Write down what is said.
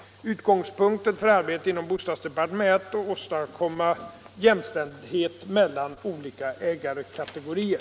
Utgångspunkten för arbetet inom bostadsdepartementet är att åstadkomma jämställdhet mellan olika ägarkategorier.